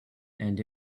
and